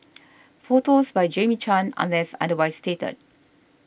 photos by Jamie Chan unless otherwise stated